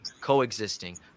coexisting